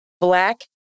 Black